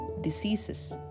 diseases